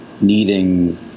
needing